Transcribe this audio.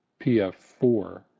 PF4